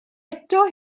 eto